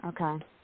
Okay